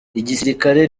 igisirikare